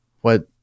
what-